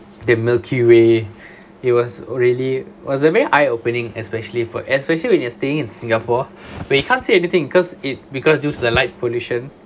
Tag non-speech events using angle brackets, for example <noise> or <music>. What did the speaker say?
the milky way <breath> it was already was a very eye opening especially for especially when you're staying in singapore <breath> but you can't see anything because it because due to the light pollution